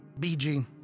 BG